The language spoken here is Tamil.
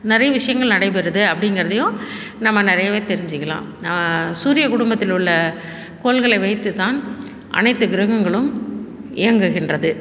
நிறைய விஷயங்கள் நடைபெறுது அப்படிங்கிறதையும் நம்ம நிறையவே தெரிஞ்சிக்கலாம் சூரியன் குடும்பத்திலுள்ளே கோள்களை வைத்து தான் அனைத்து கிரகங்களும் இயங்குகின்றது